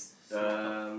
small talk